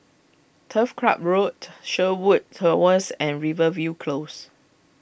Turf Club Road Sherwood Towers and Rivervale Close